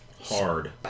hard